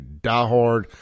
diehard